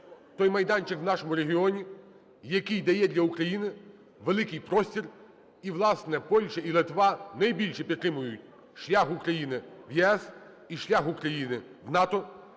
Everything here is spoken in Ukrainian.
той майданчик в нашому регіоні, який дає для України великий простір. І, власне, Польща і Литва найбільше підтримують шлях України в ЄС і шлях України в НАТО.